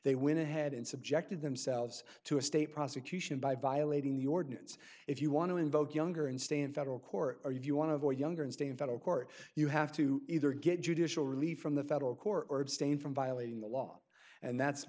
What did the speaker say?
they went ahead and subjected themselves to a state prosecution by violating the ordinance if you want to invoke younger and stay in federal court or if you want to avoid younger and stay in federal court you have to either get judicial relief from the federal court or abstain from violating the law and that's